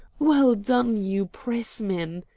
well done, you pressmen!